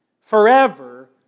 forever